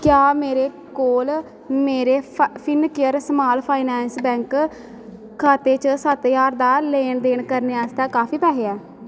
क्या मेरे कोल मेरे फा फिनकेयर स्मॉल फाइनैंस बैंक खाते च सत्त ज्हार दा लैन देन करने आस्तै काफी पैहे ऐ